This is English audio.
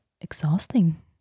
exhausting